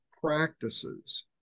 practices